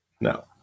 No